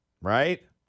Right